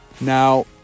Now